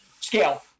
Scale